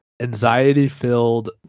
anxiety-filled